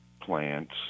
plants